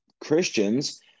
Christians